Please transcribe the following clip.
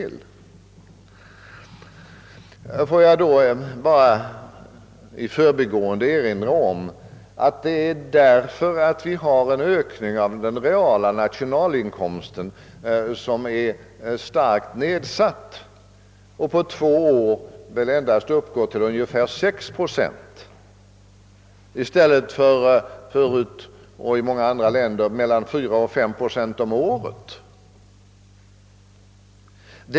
Låt mig bara i förbigående erinra om att nationalinkomstens tillväxttakt i Sverige minskat betydligt och nu uppgår till ungefär 6 procent på två år i stället för att förut — också i många andra länder — ligga mellan 4 och 5 procent om året.